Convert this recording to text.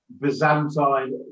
Byzantine